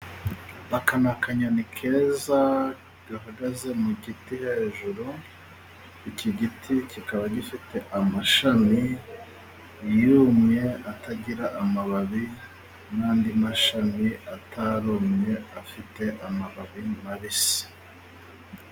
Aka ni akanyoni keza, gahagaze mu giti hejuru. Iki giti kikaba gifite amashami yumye atagira amababi, n’andi mashami atarumye afite amababi mabisi.